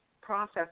process